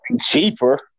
cheaper